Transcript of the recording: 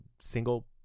single